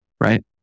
right